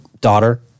daughter